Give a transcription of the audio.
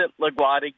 LaGuardia